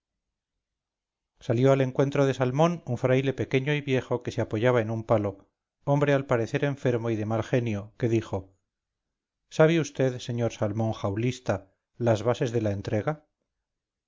salió al encuentro de salmón un fraile pequeño y viejo que se apoyaba en un palo hombre al parecer enfermo y de mal genio que dijo sabe su merced sr salomón jaulista las bases de la entrega